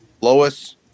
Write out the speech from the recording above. Lois